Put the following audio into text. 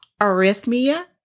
arrhythmia